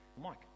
Mike